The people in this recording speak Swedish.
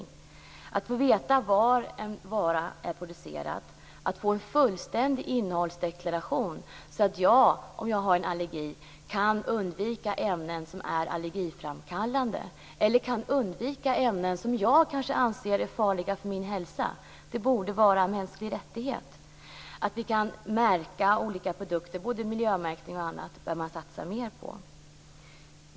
Det borde vara en mänsklig rättighet att få veta var en vara är producerad och att få en fullständig innehållsdeklaration så att jag, om jag är allergisk, kan undvika ämnen som är allergiframkallande eller kan undvika ämnen som jag kanske anser är farliga för min hälsa. Man bör satsa mer på märkning av produkter, både miljömärkning och annan märkning.